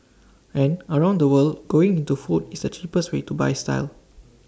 and around the world going into food is the cheapest way to buy style